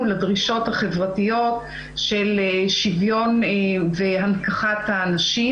לדרישות החברתיות של שוויון והנכחת הנשים,